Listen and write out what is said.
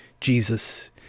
Jesus